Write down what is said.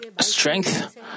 strength